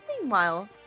Meanwhile